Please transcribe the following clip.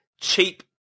cheap